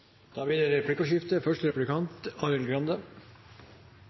da blir det